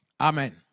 Amen